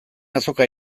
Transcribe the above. azoka